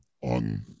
on